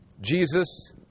Jesus